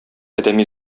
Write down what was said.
адәми